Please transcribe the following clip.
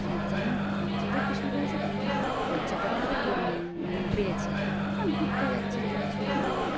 যেমন কাজেরও প্রেশার বেড়েছে তেমন পর্যটকদেরও মানে বেড়েছে না ঘুরতে যাচ্ছে রিল্যাক্স হয়ে মানে